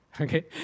Okay